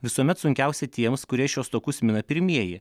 visuomet sunkiausia tiems kurie šiuos takus mina pirmieji